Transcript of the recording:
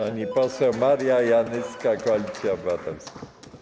Pani poseł Maria Janyska, Koalicja Obywatelska.